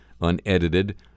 unedited